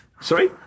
Sorry